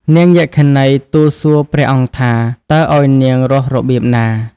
នាងយក្ខិនី ទូលសួរព្រះអង្គថា តើឲ្យនាងរស់របៀបណា?។